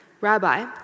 Rabbi